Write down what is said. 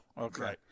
Okay